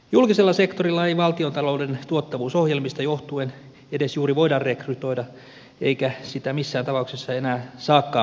julkisella sektorilla ei valtiontalouden tuottavuusohjelmista johtuen edes juuri voida rekrytoida eikä sitä missään tapauksessa enää saakaan paisuttaa